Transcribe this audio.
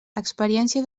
experiència